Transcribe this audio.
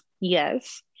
yes